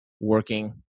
working